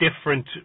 different